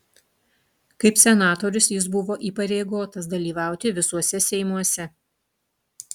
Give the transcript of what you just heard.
kaip senatorius jis buvo įpareigotas dalyvauti visuose seimuose